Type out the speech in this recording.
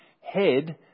head